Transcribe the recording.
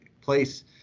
place